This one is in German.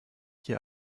hier